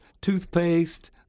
toothpaste